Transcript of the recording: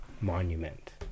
monument